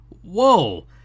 Whoa